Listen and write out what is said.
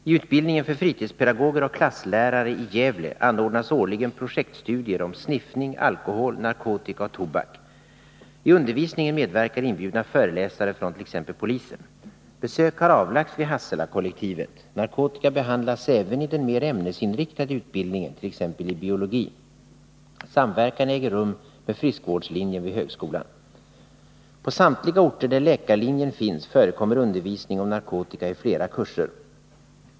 I utbildningen för fritidspedagoger och klasslärare i Gävle anordnas årligen projektstudier om sniffning, alkohol, narkotika och tobak . I undervisningen medverkar inbjudna föreläsare från t.ex. polisen. Besök har avlagts vid Hasselakollektivet. Narkotika behandlas även i den mer ämnesinriktade utbildningen t.ex. i biologi. Samverkan äger rum med friskvårdslinjen vid högskolan. På samtliga orter där läkarlinjen finns förekommer undervisning om narkotika i flera kurser.